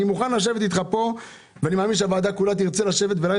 אני מוכן לשבת איתך פה ולדון דבר דבר.